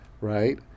right